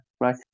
right